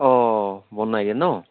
অঁ বনাইগৈ ন